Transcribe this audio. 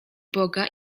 boga